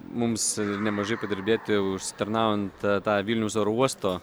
mums nemažai padirbėti užsitarnaujant tą vilniaus oro uosto